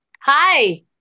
Hi